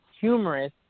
humorous